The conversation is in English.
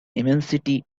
immensity